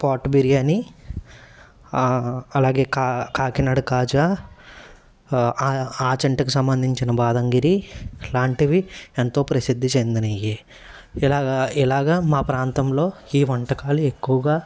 pot biryani అలాగే కా కాకినాడ కాజా ఆచంటకు సంబంధించిన బాదంగిరి లాంటివి ఎంతో ప్రసిద్ధి చెందినయి ఇలాగా ఇలాగా మా ప్రాంతంలో ఈ వంటకాలు ఎక్కువగా